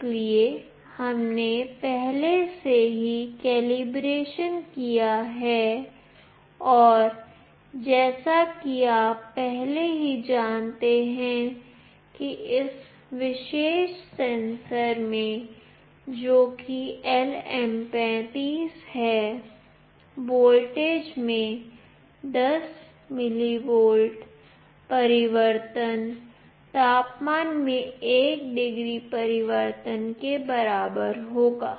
इसलिए हमने पहले से ही कलीब्रेशन किया है और जैसा कि आप पहले से ही जानते हैं कि इस विशेष सेंसर में जो कि LM35 है वोल्टेज में 10 millivolt परिवर्तन तापमान में 1 डिग्री परिवर्तन के बराबर होगा